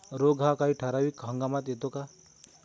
रोग हा काही ठराविक हंगामात येतो का?